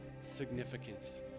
significance